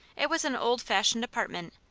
it was an old-fashioned apartment,